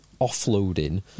offloading